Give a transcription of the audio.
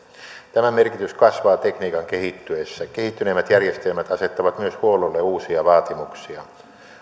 tämän merkitys kasvaa tekniikan kehittyessä kehittyneemmät järjestelmät asettavat myös huollolle uusia vaatimuksia